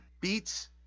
beats